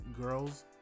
girls